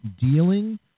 dealing